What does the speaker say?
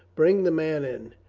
bring the man in.